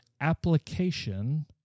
application